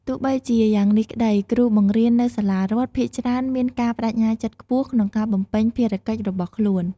ទោះបីជាយ៉ាងនេះក្តី គ្រូបង្រៀននៅសាលារដ្ឋភាគច្រើនមានការប្តេជ្ញាចិត្តខ្ពស់ ក្នុងការបំពេញភារកិច្ចរបស់ខ្លួន។